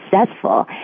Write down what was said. successful